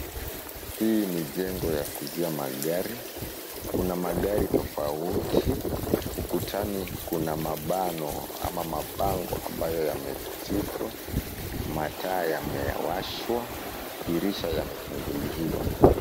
Hii ni jengo ya kuuzia magari. Kuna magari tofauti. Ukutani kuna mabano ama mabango ambayo yamepachikwa . Mataa yamewashwa. Dirisha limefunguliwa.